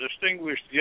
distinguished